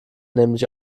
nämlich